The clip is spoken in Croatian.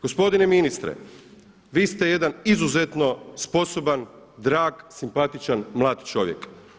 Gospodine ministre, vi ste jedan izuzetno sposoban, drag, simpatičan drag čovjek.